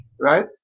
right